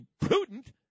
prudent